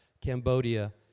Cambodia